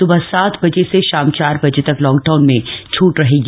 सुबह सात बजे से शाम चार बजे तक लॉकडाउन में छूट रहेगी